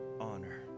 honor